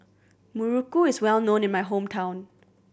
muruku is well known in my hometown